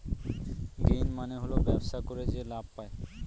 gain মানে হল ব্যবসা করে যে লাভ পায়